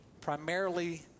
primarily